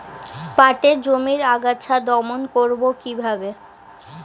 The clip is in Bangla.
পাটের জমির আগাছা দমন করবো কিভাবে?